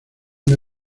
una